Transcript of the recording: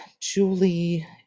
Julie